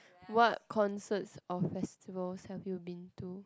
what concerts or festivals have you been to